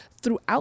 throughout